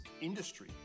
industry